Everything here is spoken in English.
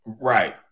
Right